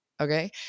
Okay